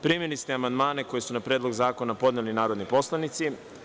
Primili ste amandmane koji su na Predlog zakona podneli narodni poslanici.